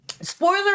spoiler